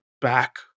back